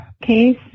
case